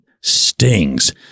stings